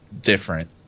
different